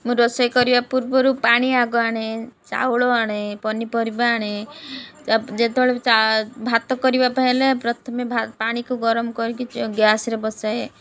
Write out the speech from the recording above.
ମୁଁ ରୋଷେଇ କରିବା ପୂର୍ବରୁ ପାଣି ଆଗ ଆଣେ ଚାଉଳ ଆଣେ ପନିପରିବା ଆଣେ ଯେତେବେଳେ ଭାତ କରିବା ପାଇଁ ହେଲେ ପ୍ରଥମେ ପାଣିକୁ ଗରମ କରିକି ଗ୍ୟାସରେ ବସାଏ